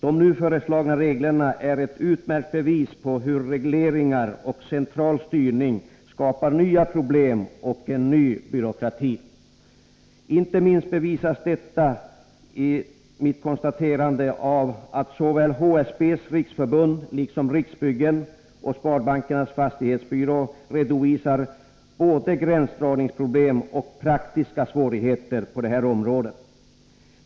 De nu föreslagna reglerna är ett utmärkt bevis på hur regleringar och centralstyrning skapar nya problem och en ny byråkrati. Inte minst bestyrks detta mitt konstaterande av att såväl HSB:s Riksförbund som Riksbyggen och Sparbankernas Fastighetsbyrå redovisar både gränsdragningsproblem och praktiska svårigheter på det här området.